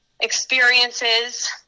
experiences